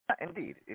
Indeed